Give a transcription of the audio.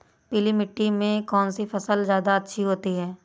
पीली मिट्टी में कौन सी फसल ज्यादा अच्छी होती है?